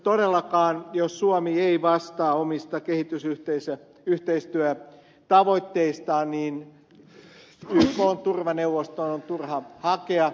todellakaan jos suomi ei vastaa omista kehitysyhteistyötavoitteistaan ykn turvaneuvostoon on turha hakea